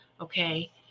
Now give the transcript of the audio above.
okay